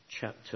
chapter